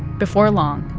before long,